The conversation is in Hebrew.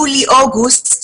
יולי ואוגוסט.